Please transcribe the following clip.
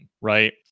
Right